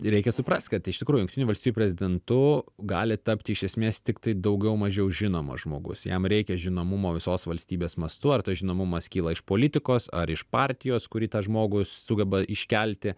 reikia suprast kad iš tikrųjų jungtinių valstijų prezidentu gali tapti iš esmės tiktai daugiau mažiau žinomas žmogus jam reikia žinomumo visos valstybės mastu ar tas žinomumas kyla iš politikos ar iš partijos kuri tą žmogų sugeba iškelti